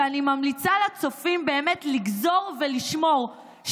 שאני ממליצה לצופים לגזור ולשמור,